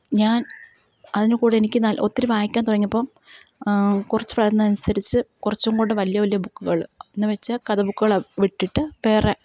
ഞാന് അതിന്റെ കൂടെ എനിക്ക് ഒത്തിരി വായിക്കാന് തുടങ്ങിയപ്പോൾ കുറച്ചു പറയുന്നതനുസരിച്ച് കുറച്ചും കൂടി വലിയ വലിയ ബുക്കുകൾ എന്നു വെച്ചാൽ കഥ ബുക്കുകൾ വിട്ടിട്ടു വേറെ